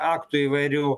aktų įvairių